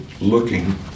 looking